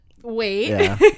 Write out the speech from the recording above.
wait